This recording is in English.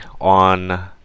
on